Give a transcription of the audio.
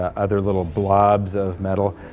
ah other little blobs of metal.